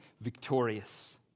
victorious